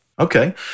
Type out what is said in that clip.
Okay